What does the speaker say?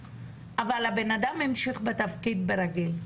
אבל הבן-אדם ממשיך בתפקיד ברגיל.